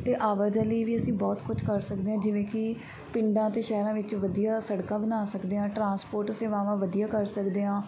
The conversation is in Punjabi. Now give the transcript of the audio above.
ਅਤੇ ਆਵਾਜਾਈ ਲਈ ਵੀ ਅਸੀਂ ਬਹੁਤ ਕੁਛ ਕਰ ਸਕਦੇ ਹਾਂ ਜਿਵੇਂ ਕਿ ਪਿੰਡਾਂ ਅਤੇ ਸ਼ਹਿਰਾਂ ਵਿੱਚ ਵਧੀਆ ਸੜਕਾਂ ਬਣਾ ਸਕਦੇ ਹਾਂ ਟਰਾਂਸਪੋਰਟ ਸੇਵਾਵਾਂ ਵਧੀਆ ਕਰ ਸਕਦੇ ਹਾਂ